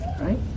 Right